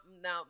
Now